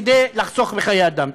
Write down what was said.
כדי לחסוך בחיי אדם.